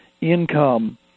income